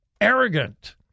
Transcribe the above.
arrogant